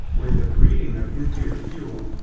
with the breeding of nuclear fuel,